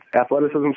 athleticism